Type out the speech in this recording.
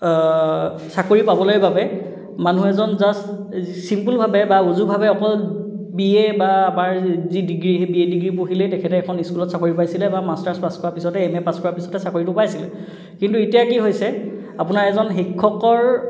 চাকৰি পাবলৈ বাবে মানুহ এজন জাষ্ট চিম্পুলভাৱে বা উজুভাৱে অকল বি এ বা আমাৰ যি ডিগ্ৰী সেই বি এ ডিগ্ৰী পঢ়িলেই তেখেতে এখন স্কুলত চাকৰি পাইছিলে বা মাষ্টাৰ্চ পাছ কৰা পিছতে এম এ পাছ কৰাৰ পিছতে চাকৰিটো পাইছিলে কিন্তু এতিয়া কি হৈছে আপোনাৰ এজন শিক্ষকৰ